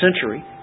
century